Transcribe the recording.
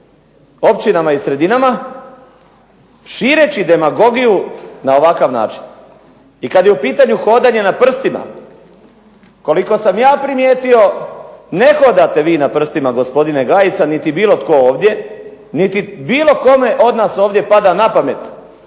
općinama i sredinama šireći demagogiju na ovakav način. I kada je u pitanju hodanje na prstima, koliko sam ja primijetio ne hodate vi na prstima gospodine Gajica niti bilo tko ovdje, niti bilo kome od nas ovdje pada na pamet